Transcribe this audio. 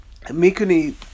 Mikuni